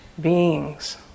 beings